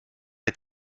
est